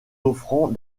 offrant